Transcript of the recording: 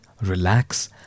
relax